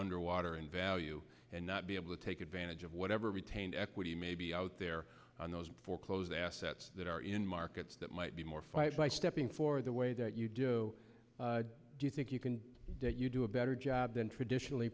underwater in value and not be able to take advantage of whatever retained equity may be out there on those foreclosed assets that are in markets that might be more fight by stepping for the way that you do do you think you can do a better job than traditionally